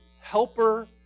helper